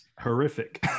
horrific